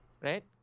Right